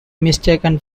mistaken